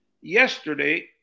Yesterday